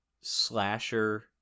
slasher